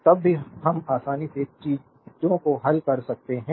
तब ही हम आसानी से चीजों को हल कर सकते हैं